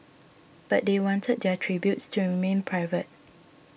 but they wanted their tributes to remain private